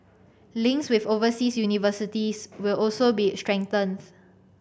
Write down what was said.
links with overseas universities will also be strengthened